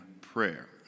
prayer